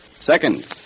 Second